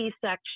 section